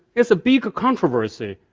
it's a big controversy,